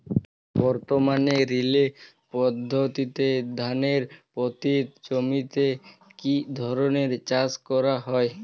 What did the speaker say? বর্তমানে রিলে পদ্ধতিতে ধানের পতিত জমিতে কী ধরনের চাষ করা হয়?